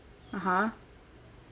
(uh huh)